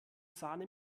sahne